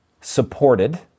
supported